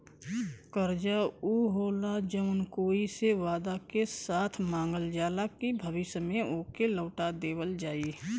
कर्जा ऊ होला जौन कोई से वादा के साथ मांगल जाला कि भविष्य में ओके लौटा देवल जाई